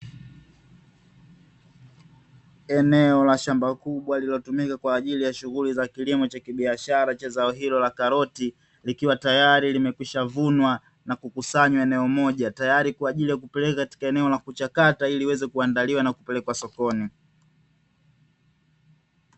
Eneo la shamba kubwa lililotumika kwa ajili ya shughuli za kilimo cha kibiashara cha zao hilo la karoti, likiwa tayari limekwisha vunwa na kukusanywa eneo moja tayari kwa ajili ya kupeleka katika eneo la kuchakata, ili iweze kuandaliwa na kupelekwa sokoni.